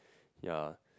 ya